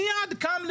מייד קם,